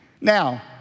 Now